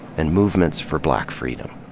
and movements for black freedom.